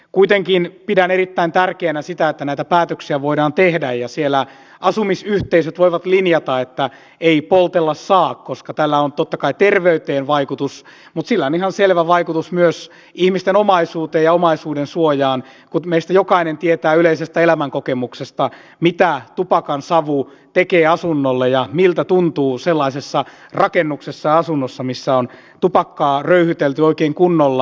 kuitenkin pidän erittäin tärkeänä sitä että näitä päätöksiä voidaan tehdä ja siellä asumisyhteisöt voivat linjata että ei poltella saa koska tällä on totta kai terveyteen vaikutus mutta sillä on ihan selvä vaikutus myös ihmisten omaisuuteen ja omaisuudensuojaan kun meistä jokainen tietää yleisestä elämänkokemuksesta mitä tupakansavu tekee asunnolle ja miltä tuntuu sellaisessa rakennuksessa ja asunnossa missä on tupakkaa röyhytelty oikein kunnolla